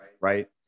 Right